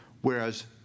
whereas